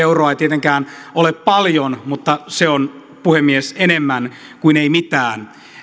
euroa ei tietenkään ole paljon mutta se on puhemies enemmän kuin ei mitään